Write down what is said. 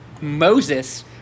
Moses